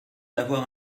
d’avoir